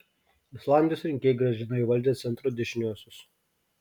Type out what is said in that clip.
islandijos rinkėjai grąžino į valdžią centro dešiniuosius